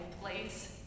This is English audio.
place